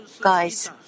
Guys